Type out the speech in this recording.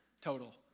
total